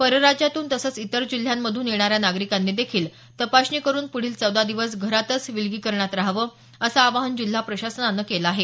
परराज्यातून तसंच इतर जिल्ह्यांमधून येणाऱ्या नागरिकांनी देखील तपासणी करुन पुढील चौदा दिवस घरातच विलगीकरणात राहावं असं आवाहन जिल्हा प्रशासनानं केलं आहे